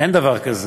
אין דבר כזה.